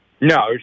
No